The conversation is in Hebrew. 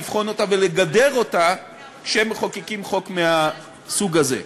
לבחון אותה ולגדר אותה כשמחוקקים חוק מהסוג הזה.